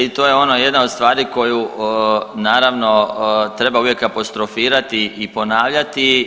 To je ono jedna od stvari koju naravno treba uvijek apostrofirati i ponavljati.